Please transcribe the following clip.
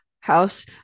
house